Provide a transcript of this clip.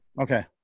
Okay